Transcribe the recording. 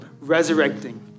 resurrecting